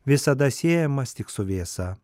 visada siejamas tik su vėsa